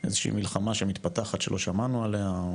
איזה שהיא מלחמה שמתפתחת שלא שמענו עליה.